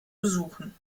besuchen